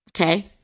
okay